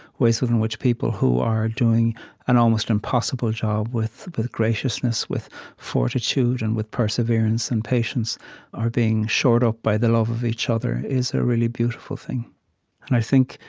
ways in which people who are doing an almost impossible job with with graciousness, with fortitude, and with perseverance and patience are being shored up by the love of each other, is a really beautiful thing and i think,